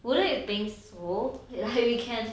wouldn't it been smooth ya you can